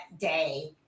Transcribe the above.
day